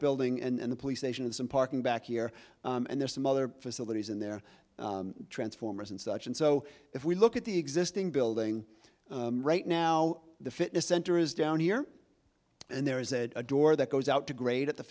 building and the police station and some parking back here and there's some other facilities in there transformers and such and so if we look at the existing building right now the fitness center is down here and there is a door that goes out to great at the